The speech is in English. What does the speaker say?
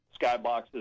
skyboxes